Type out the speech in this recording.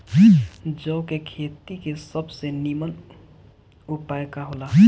जौ के खेती के सबसे नीमन उपाय का हो ला?